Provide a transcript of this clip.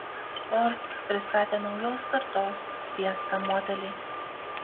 ford pristatė naujos kartos fiesta modelį